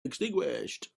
extinguished